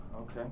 Okay